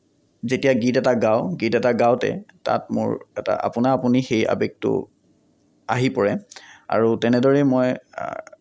যেতিয়া গীত এটা গাওঁ গীত এটা গাওতে তাত মোৰ এটা আপোনা আপুনি সেই আৱেগটো আহি পৰে আৰু তেনেদৰেই মই